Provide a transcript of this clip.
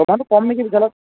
দৰমহাটো কম নেকি বিশালত